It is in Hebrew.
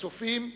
תנועת "הצופים"